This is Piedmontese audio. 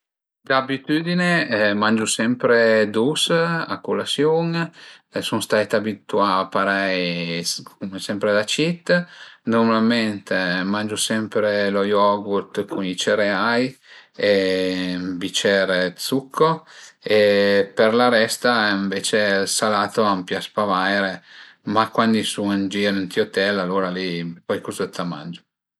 D'abitüdine mangiu sempre dus a culasiun, sun stait abituà parei sempre da cit. Nurmalment magiu sempre lë yogurt cun i cereai e ün bicer d'succo e per la resta ënvece ël salato a m'pias pa vaire, mach cuand i sun ën gir ënt i hotel, alura li cuaicuzëtta mangiu